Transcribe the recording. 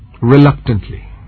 reluctantly